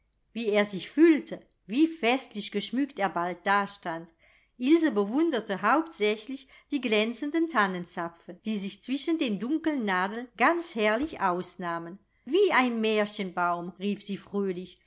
wie er sich füllte wie festlich geschmückt er bald dastand ilse bewunderte hauptsächlich die glänzenden tannenzapfen die sich zwischen den dunklen nadeln ganz herrlich ausnahmen wie ein märchenbaum rief sie